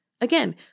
Again